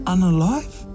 Unalive